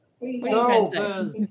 No